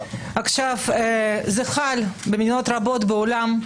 זה חל במדינות רבות בעולם,